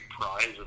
prize